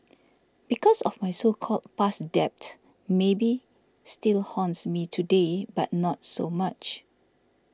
because of my so called past debt maybe still haunts me today but not so much